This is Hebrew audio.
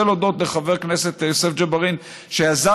אני רוצה להודות לחבר הכנסת יוסף ג'בארין,